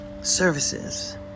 services